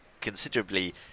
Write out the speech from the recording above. considerably